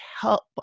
help